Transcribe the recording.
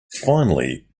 finally